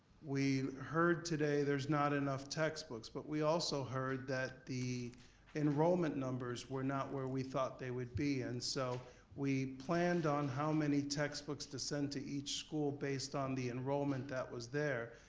we heard today there's not enough textbooks but we also heard that the enrollment numbers were not where we thought they would be and so we planned on how many textbooks to send to each school based on the enrollment that was there.